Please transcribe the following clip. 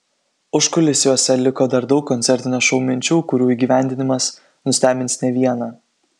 užkulisiuose liko dar daug koncertinio šou minčių kurių įgyvendinimas nustebins ne vieną